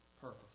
purpose